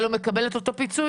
הוא מקבל את אותו פיצוי?